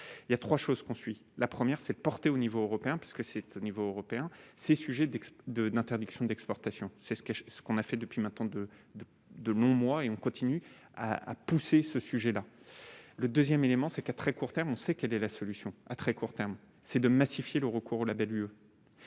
il y a 3 choses qu'on suit la première s'est porté au niveau européen, parce que c'est au niveau européen ces sujets d'de l'interdiction d'exportation, c'est ce que ce qu'on a fait depuis maintenant de, de, de longs mois et on continue à pousser ce sujet-là, le 2ème élément, c'est qu'à très court terme, on sait quelle est la solution à très court terme ces de massifier le recours au la